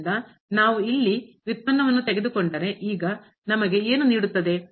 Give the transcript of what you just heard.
ಆದ್ದರಿಂದ ನಾವು ಇಲ್ಲಿ ವ್ಯುತ್ಪನ್ನವನ್ನು ತೆಗೆದುಕೊಂಡರೆ ಈಗ ನಮಗೆ ಏನು ನೀಡುತ್ತದೆ